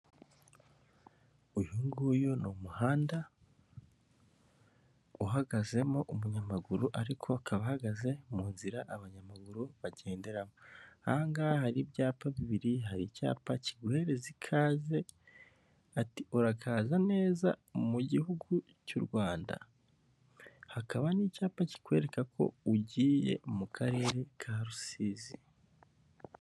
Uyu nguyu ni umuhanda uhagazemo umunyamaguru ariko akaba ahagaze mu nzira abanyamaguru bagenderamo, ahangaha hari ibyapa bibiri hari icyapa kiguhereza ikaze ati urakaza neza mu gihugu cy'u Rwanda, hakaba n'icyapa kikwereka ko ugiye mu karere ka Rusizi.